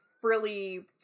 frilly